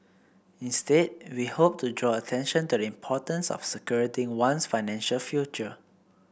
instead we hoped to draw attention to the importance of securing one's financial future